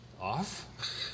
Off